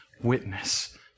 Witness